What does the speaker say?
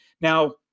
Now